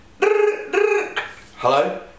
hello